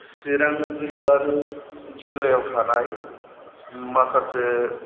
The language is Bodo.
सिरां जिल्लानि जिल्लायाव थानाय माखासे